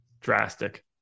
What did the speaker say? drastic